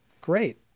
great